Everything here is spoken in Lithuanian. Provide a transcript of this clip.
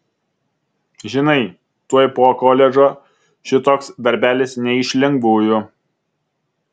žinai tuoj po koledžo šitoks darbelis ne iš lengvųjų